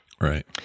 Right